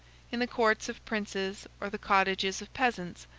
in the courts of princes or the cottages of peasants,